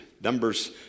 Numbers